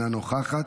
אינה נוכחת.